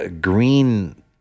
green